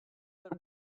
but